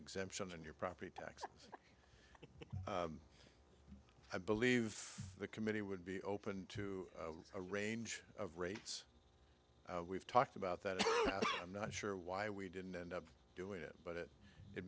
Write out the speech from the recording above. exemption on your property tax i believe the committee would be open to a range of rates we've talked about that i'm not sure why we didn't end up doing it but it